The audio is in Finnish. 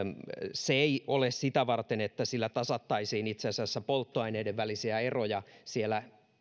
se ei ole sitä varten että sillä tasattaisiin polttoaineiden välisiä eroja siellä